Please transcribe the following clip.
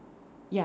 ya